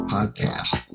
Podcast